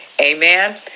Amen